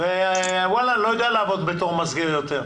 ואני וואלה לא יודע לעבוד בתור מסגר יותר,